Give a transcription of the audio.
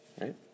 right